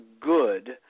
good